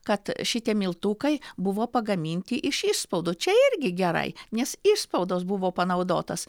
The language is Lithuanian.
kad šitie miltukai buvo pagaminti iš išspaudų čia irgi gerai nes išspaudos buvo panaudotos